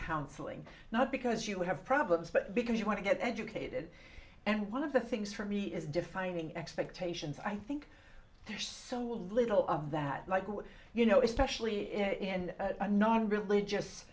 counseling not because you have problems but because you want to get educated and one of the things for me is defying expectations i think there's so little of that michel you know especially in a non religious